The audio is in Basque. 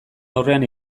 aurrean